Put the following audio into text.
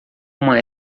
uma